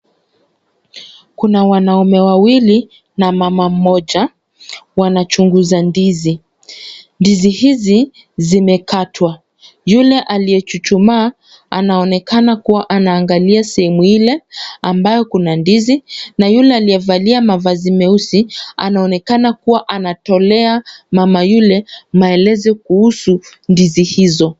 Kuna wanaume wawili na mama mmoja wanachunguza ndizi. Ndizi hizi zimekatwa. Yule aliyechuchumaa anaonekana kuwa anaangalia sehemu ile ambayo kuna ndizi na yule aliyevalia mavazi meusi anaonekana kuwa anatolea mama yule maelezi kuhusu ndizi hizo.